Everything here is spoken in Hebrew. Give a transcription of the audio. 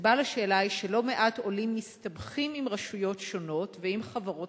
הסיבה לשאלה היא שלא מעט עולים מסתבכים עם רשויות שונות ועם חברות